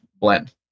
blend